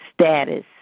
status